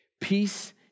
Peace